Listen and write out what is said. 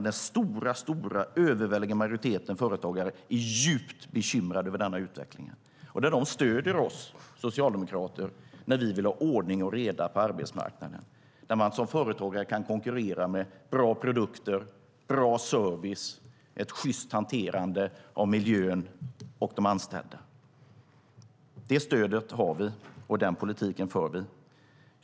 Den överväldigande majoriteten företagare är djupt bekymrade över den utvecklingen. De stöder oss socialdemokrater när vi vill ha ordning och reda på arbetsmarknaden, där man som företagare kan konkurrera med bra produkter, bra service och ett sjyst hanterande av miljön och av de anställda. Det stödet har vi, och den politiken för vi.